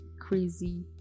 crazy